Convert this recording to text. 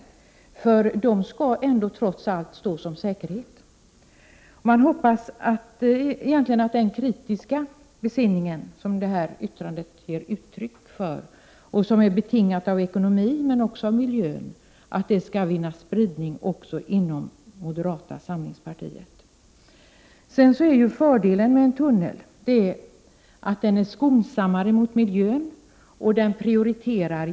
Det är ju trots allt skattebetalarna som får stå som säkerhet. Jag hoppas att den kritiska besinning som detta yttrande ger uttryck för, som är betingat av ekonomiska skäl men också av miljöskäl, skall spridas också inom moderata samlingspartiet. Fördelen med en tunnel är att den är skonsammare mot miljön och att järnvägen skulle prioriteras.